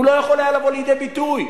והוא לא היה יכול לבוא לידי ביטוי.